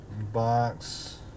box